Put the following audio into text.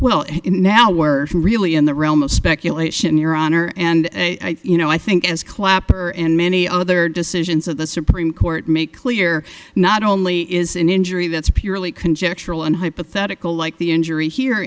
and now we're really in the realm of speculation your honor and i you know i think as clapper and many other decisions of the supreme court make clear not only is an injury that's purely conjectural and hypothetical like the injury here